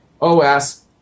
OS